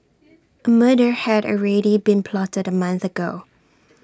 A murder had already been plotted A month ago